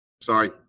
Sorry